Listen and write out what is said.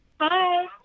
hi